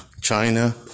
China